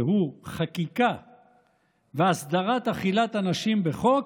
שהוא חקיקה והסדרת אכילת אנשים בחוק,